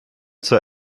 zur